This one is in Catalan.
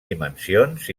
dimensions